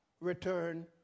return